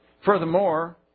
Furthermore